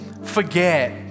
forget